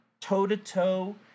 toe-to-toe